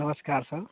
नमस्कार सर